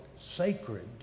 sacred